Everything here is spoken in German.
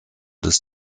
des